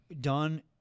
Done